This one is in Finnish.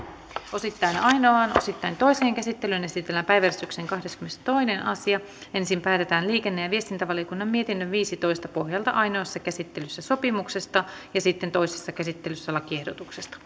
osittain ainoaan osittain toiseen käsittelyyn esitellään päiväjärjestyksen kahdeskymmenestoinen asia ensin päätetään liikenne ja viestintävaliokunnan mietinnön viisitoista pohjalta ainoassa käsittelyssä sopimuksesta ja sitten toisessa käsittelyssä lakiehdotuksesta